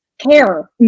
care